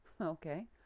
okay